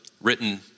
written